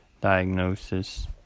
diagnosis